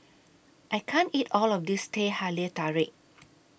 I can't eat All of This Teh Halia Tarik